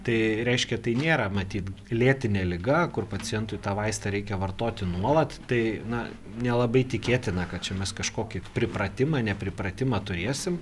tai reiškia tai nėra matyt lėtinė liga kur pacientui tą vaistą reikia vartoti nuolat tai na nelabai tikėtina kad čia mes kažkokį pripratimą nepripratimą turėsim